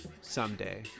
Someday